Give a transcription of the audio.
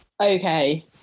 Okay